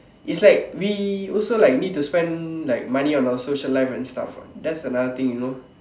it's like we also like need to spend like money on our social life and stuff what that's another thing you know